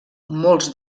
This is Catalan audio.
molts